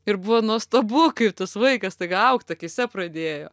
ir buvo nuostabu kaip tas vaikas staiga augt akyse pradėjo